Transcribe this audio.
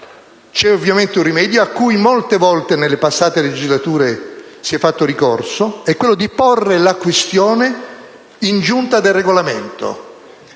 C'è ovviamente un rimedio a cui molte volte nelle passate legislature si è fatto ricorso, ed è quello di porre la questione presso la Giunta per il Regolamento,